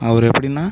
அவரு எப்படின்னால்